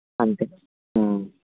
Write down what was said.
అంతే